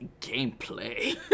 gameplay